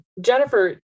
Jennifer